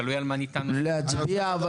על